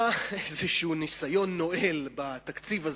היה איזה ניסיון נואל בתקציב הזה,